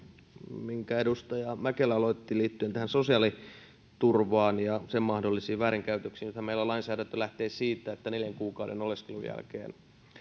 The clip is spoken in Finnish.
minkä edustaja mäkelä aloitti liittyen sosiaaliturvaan ja sen mahdollisiin väärinkäytöksiin nythän meillä lainsäädäntö lähtee siitä että neljän kuukauden oleskelun jälkeen